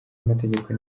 amategeko